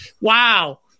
wow